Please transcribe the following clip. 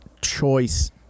choice